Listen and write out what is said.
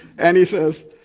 and he says,